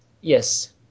Yes